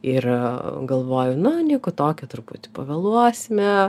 ir galvoju na nieko tokio truputį pavėluosime